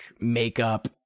makeup